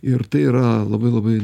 ir tai yra labai labai